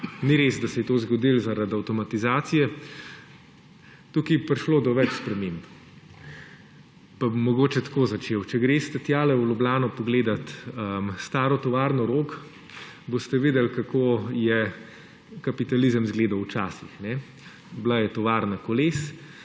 Ni res, da se je to zgodilo zaradi avtomatizacije, tukaj je prišlo do več sprememb. Pa bom mogoče tako začel. Če greste tja v Ljubljano pogledat staro tovarno Rog, boste videli, kako je kapitalizem izgledal včasih. Bila je tovarna koles,